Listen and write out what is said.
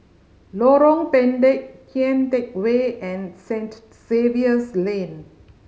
Lorong Pendek Kian Teck Way and Saint Xavier's Lane